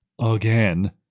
again